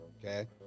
Okay